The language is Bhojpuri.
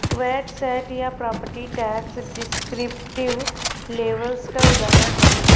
वैट सैट या प्रॉपर्टी टैक्स डिस्क्रिप्टिव लेबल्स क उदाहरण हउवे